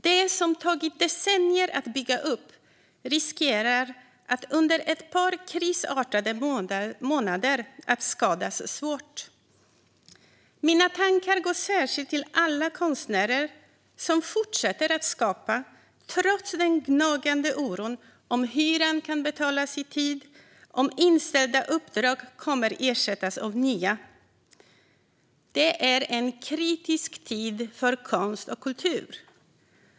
Det som tagit decennier att bygga upp riskerar att under ett par krisartade månader skadas svårt. Mina tankar går särskilt till alla konstnärer som fortsätter att skapa trots den gnagande oron över om hyran kan betalas i tid och om inställda uppdrag kommer att ersättas av nya. Det är en kritisk tid för konst och kultur.